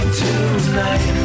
tonight